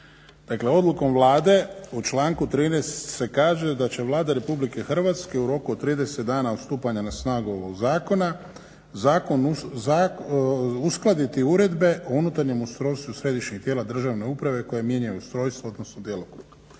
Dakle, odlukom Vlade u članku 13. se kaže da će Vlada Republike Hrvatske u roku od 30 dana od stupanja na snagu ovog zakona uskladiti uredbe o unutarnjem ustrojstvu središnjih tijela državne uprave koje mijenjaju ustrojstvo odnosno djelokrug.